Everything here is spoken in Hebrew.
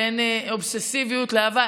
בין אובססיביות לאהבה.